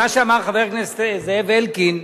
מה שאמר חבר הכנסת זאב אלקין,